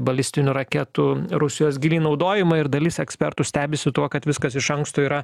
balistinių raketų rusijos gyly naudojimą ir dalis ekspertų stebisi tuo kad viskas iš anksto yra